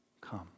Come